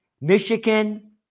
Michigan